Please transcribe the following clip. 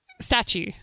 statue